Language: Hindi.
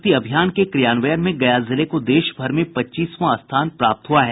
जल शक्ति अभियान के क्रियान्वयन में गया जिले को देशभर में पच्चीसवां स्थान प्राप्त हुआ है